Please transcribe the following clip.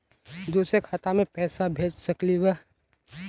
दुसरे खाता मैं पैसा भेज सकलीवह?